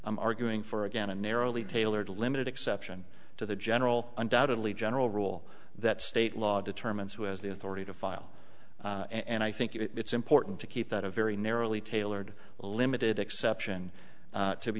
i'm arguing for again a narrowly tailored limited exception to the general undoubtedly general rule that state law determines who has the authority to file and i think it's important to keep that a very narrowly tailored limited exception to be